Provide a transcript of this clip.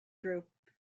group